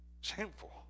Shameful